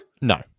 No